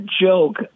joke